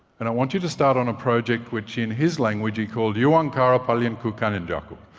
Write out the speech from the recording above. and i want you to start on a project which, in his language, he called uwankara palyanku kanyintjaku,